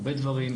הרבה דברים,